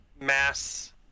mass